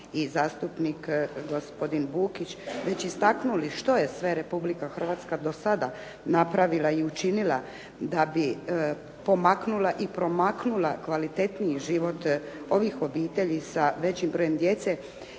i zastupnik gospodin Bukić već istaknuli što je sve Republika Hrvatska do sada napravila i učinila da bi pomaknula i promaknula kvalitetniji život ovih obitelji sa većim brojem djece,